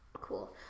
Cool